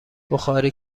بخاری